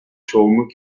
çoğunluk